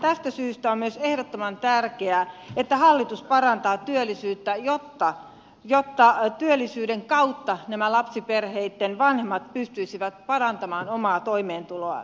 tästä syystä on myös ehdottoman tärkeää että hallitus parantaa työllisyyttä jotta työllisyyden kautta nämä lapsiperheitten vanhemmat pystyisivät parantamaan omaa toimeentuloaan